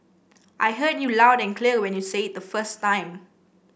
I heard you loud and clear when you said it the first time